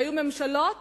והיו ממשלות